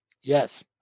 Yes